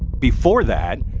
before that,